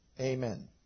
Amen